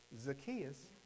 Zacchaeus